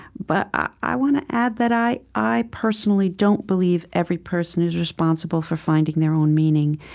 but i want to add that i i personally don't believe every person is responsible for finding their own meaning,